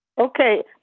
Okay